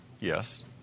Yes